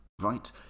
Right